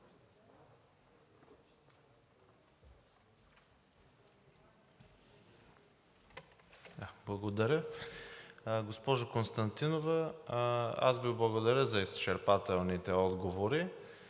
Благодаря. Госпожо Константинова, аз Ви благодаря за изчерпателните отговори